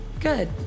Good